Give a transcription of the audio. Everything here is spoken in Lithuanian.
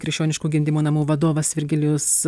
krikščioniškų gimdymo namų vadovas virgilijus